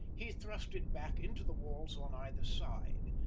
he thrust it back into the walls on either side,